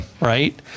Right